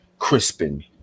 Crispin